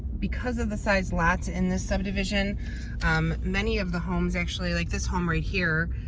because of the size lots in this subdivision um many of the homes actually like this home right here